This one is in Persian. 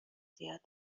زیاده